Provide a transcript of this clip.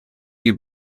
you